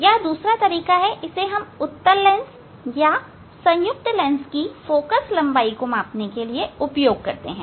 यह दूसरा तरीका है इसे हम उत्तल लेंस या संयुक्त लेंस की फोकल लंबाई मापने के लिए उपयोग करते हैं